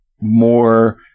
more